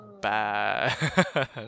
bad